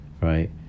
right